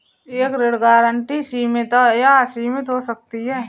एक ऋण गारंटी सीमित या असीमित हो सकती है